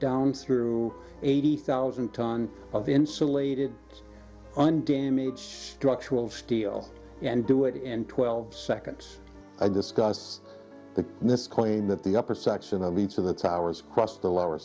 down through eighty thousand ton of insulated and damian structural steel and do it in twelve seconds i discussed this claim that the upper section of each of the towers across the lower